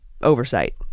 Oversight